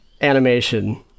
animation